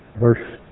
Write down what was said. verse